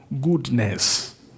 goodness